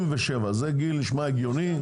67 זה גיל שנשמע הגיוני.